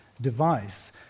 device